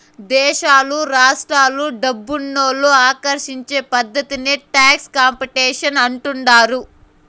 దేశాలు రాష్ట్రాలు డబ్బునోళ్ళు ఆకర్షించే పద్ధతే టాక్స్ కాంపిటీషన్ అంటుండారు